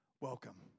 Welcome